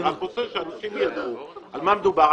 אני רק רוצה שאנשים יידעו על מה מדובר.